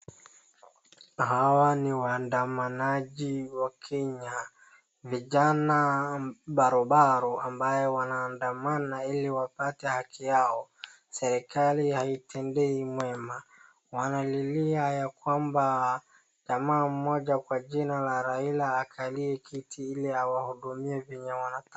Hawa ni waandamanaji wa Kenya. Vijana barobaro ambaye wanaandamana ili wapate haki yao. Serikali haitendei mema, wanalilia ya kwamba jamaa mmoja kwa jina ya Raila akalie kiti iliawahudumie venye wanataka.